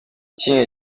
tinha